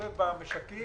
שיסתובב במשקים